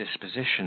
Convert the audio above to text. disposition